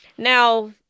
Now